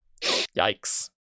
Yikes